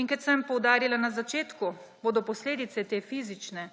In kot sem poudarila na začetku, bodo posledice te fizične,